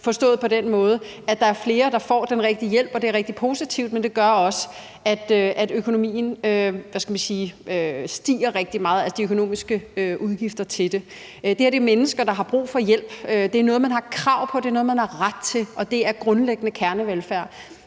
forstået på den måde, at der er flere, der får den rigtige hjælp. Det er rigtig positivt, men det gør også, at udgifterne til det stiger rigtig meget. Det her er mennesker, der har brug for hjælp. Det er noget, man har krav på. Det er noget, man har ret til, og det er grundlæggende kernevelfærd.